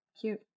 cute